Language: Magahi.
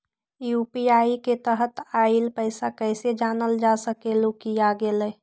यू.पी.आई के तहत आइल पैसा कईसे जानल जा सकहु की आ गेल?